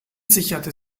sicherte